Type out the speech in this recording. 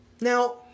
Now